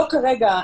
לא כרגע,